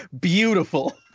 beautiful